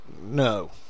No